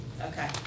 Okay